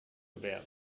about